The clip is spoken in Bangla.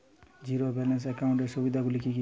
জীরো ব্যালান্স একাউন্টের সুবিধা গুলি কি কি?